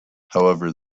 however